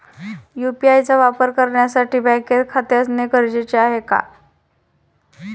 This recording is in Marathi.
यु.पी.आय चा वापर करण्यासाठी बँकेत खाते असणे गरजेचे आहे का?